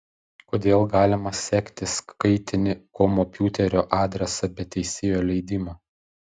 kodėl galima sekti skaitinį komopiuterio adresą be teisėjo leidimo